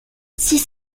six